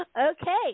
Okay